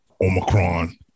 Omicron